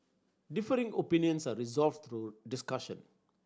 differing opinions are resolved through discussion